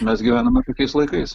mes gyvename tokiais laikais